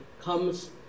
comes